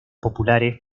populares